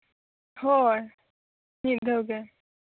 ᱦᱳᱭ ᱢᱤᱫ ᱫᱷᱟᱣ ᱜᱮ